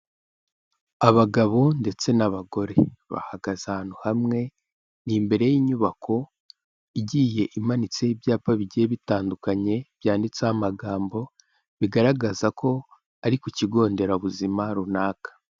Abagabo ndetse n'abagore bahagaze ahantu hamwe, ni imbere y'inyubako igiye imanitseho ibyapa bigiye bitandukanye byanditseho amagambo, bigaragaza ko ari ku kigonderabuzima runaka.